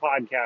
podcast